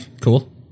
cool